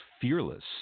fearless